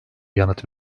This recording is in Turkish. yanıt